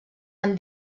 amb